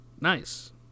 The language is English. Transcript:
nice